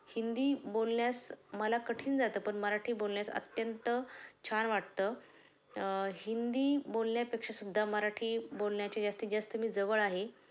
हिंदी बोलण्यास मला कठीण जातं पण मराठी बोलण्यास अत्यंत छान वाटतं हिंदी बोलण्यापेक्षासुद्धा मराठी बोलण्याची जास्तीत जास्त मी जवळ आहे